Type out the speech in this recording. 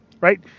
right